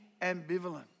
ambivalent